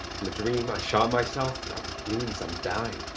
in the dream i shot myself that means i'm dying.